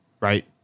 right